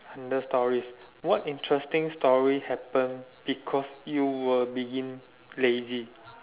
under stories what interesting story happened because you were being lazy